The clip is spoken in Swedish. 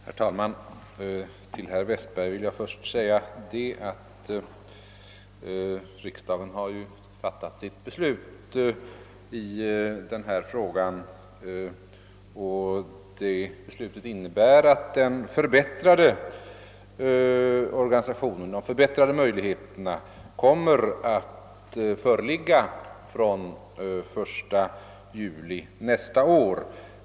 Herr talman! Till herr Westberg vill jag först säga att riksdagen redan har fattat sitt beslut i denna fråga. Det beslutet innebär att den förbättrade organisationen och de förbättrade möjligheterna kommer att föreligga från den 1 juli nästa år.